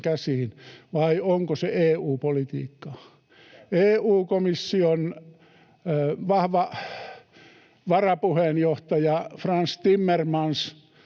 vai onko se EU-politiikkaa. EU-komission vahva varapuheenjohtaja Frans Timmermans,